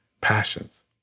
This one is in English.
passions